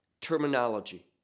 terminology